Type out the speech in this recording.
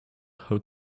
how